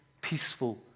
peaceful